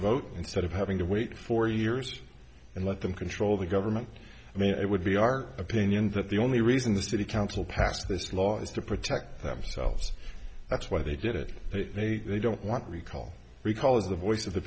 vote instead of having to wait four years and let them control the government i mean it would be our opinion that the only reason the city council passed this law is to protect themselves that's why they did it they say they don't want recall because the voice of the